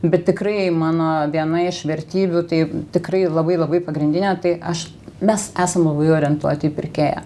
bet tikrai mano viena iš vertybių tai tikrai labai labai pagrindinė tai aš mes esam labai orientuoti į pirkėją